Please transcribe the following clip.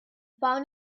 found